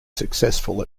successful